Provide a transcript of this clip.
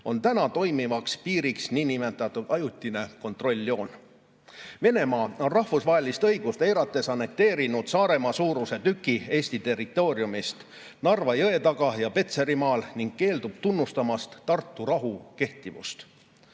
on täna toimivaks piiriks nn ajutine kontrolljoon. Venemaa on rahvusvahelist õigust eirates annekteerinud Saaremaa suuruse tüki Eesti territooriumist Narva jõe taga ja Petserimaal ning keeldub tunnustamast Tartu rahu